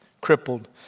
crippled